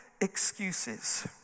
excuses